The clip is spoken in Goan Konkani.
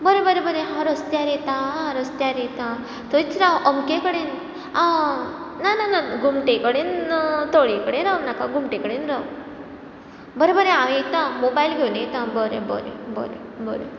बरें बरें बरें हांव रस्त्यार येता रस्त्यार येता थंयच राव अमके कडेन आ ना ना ना घुमटे कडेन तळये कडेन रावनाका घुमटे कडेन राव बरें बरें हांव येता मोबायल घेवन येता बरें बरें बरें बरें